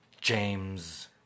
James